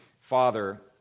Father